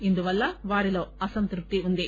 ఇందువల్ల వారిలో అసంతృప్తి వుంది